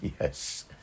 Yes